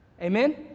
Amen